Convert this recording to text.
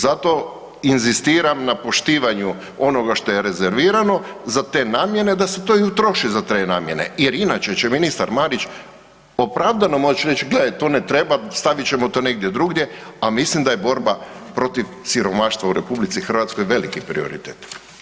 Zato inzistiram na poštivanju onoga što je rezervirano za te namjene da se to i utroši za te namjene, jer inače će ministar Marić opravdano moći reći gledajte to ne treba, stavit ćemo to negdje drugdje, a mislim da je borba protiv siromaštva u RH veliki prioritet.